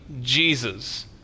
Jesus